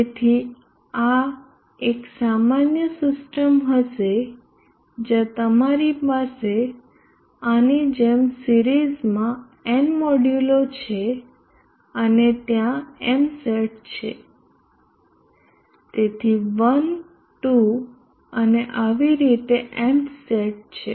તેથી આ એક સામાન્ય સિસ્ટમ હશે જ્યાં તમારી પાસે આની જેમ સિરીઝમાં n મોડ્યુલો છે અને ત્યાં M સેટ છે તેથી 1 2 અને આવી રીતે Mth સેટ છે